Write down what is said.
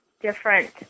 different